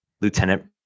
Lieutenant